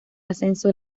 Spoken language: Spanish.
ascenso